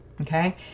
Okay